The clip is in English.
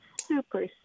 super